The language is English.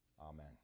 Amen